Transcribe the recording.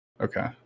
Okay